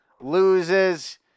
loses